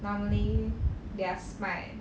normally they are smart